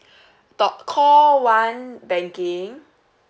dot call one banking